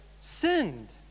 sinned